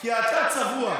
כי אתה צבוע.